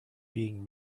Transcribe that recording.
being